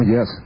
Yes